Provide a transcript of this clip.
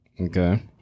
Okay